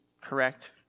correct